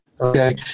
okay